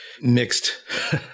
mixed